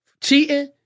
cheating